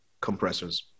Compressors